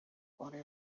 body